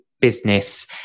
business